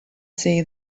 see